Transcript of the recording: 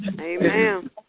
Amen